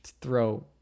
throw